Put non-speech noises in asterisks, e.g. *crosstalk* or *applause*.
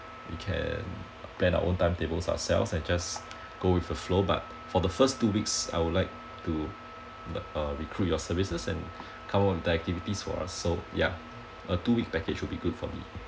we can plan our own timetables ourselves and just go with a flow but for the first two weeks I would like to uh recruit your services and *breath* come out with the activities for us so yeah a two week package would be good for me